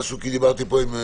שגם